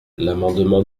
l’amendement